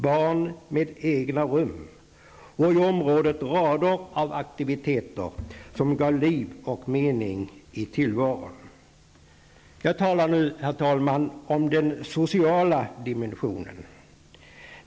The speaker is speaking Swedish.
Barn hade egna rum, och i området fanns rader av aktiviteter som gav liv och mening i tillvaron. Jag talar nu, herr talman, om den sociala dimensionen.